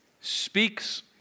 speaks